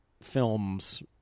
films